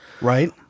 Right